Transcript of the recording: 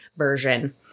Version